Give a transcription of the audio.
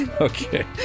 Okay